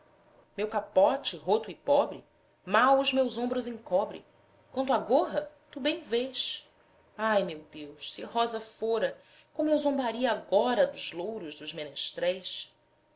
meu capote roto e pobre mal os meus ombros encobre quanto à gorra tu bem vês ai meu deus se rosa fora como eu zombaria agora dos louros dos menestréis